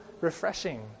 refreshing